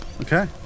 Okay